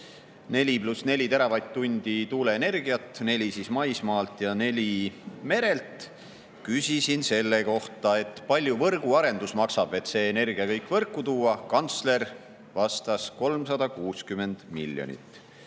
osta 4 + 4 teravatt-tundi tuuleenergiat – neli maismaalt ja neli merelt –, küsisin selle kohta, kui palju võrguarendus maksab, et see energia kõik võrku tuua. Kantsler vastas: 360 miljonit.